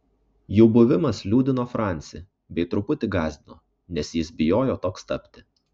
jų buvimas liūdino francį bei truputį gąsdino nes jis bijojo toks tapti